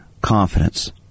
Confidence